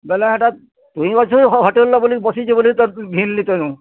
ବେଲେ ହେଟା ତୁଇ ଅଛୁ ହୋଟେଲ୍ନ ବଲି ବସିଛୁ ବଲି ତ ତ୍ ଘିିନ୍ଲି ତର୍ନୁ